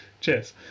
Cheers